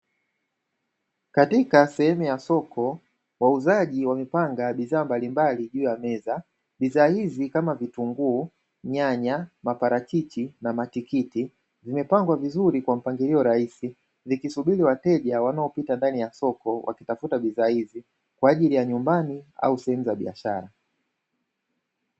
Katika sehemu ya soko wauzaji wamepanga bidhaa mbalimbali juu ya meza bidhaa hizi kama vitunguu nyanya maparachichi na matikiti zimepangwa vizuri kwa mpangilio rahisi zikisubiri wateja wanao pita ndani ya soko wakitafuta bidhaa hizo kwa ajili ya nyumbani au sehemu ya biashara